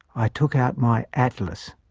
i took out my atlas.